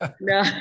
No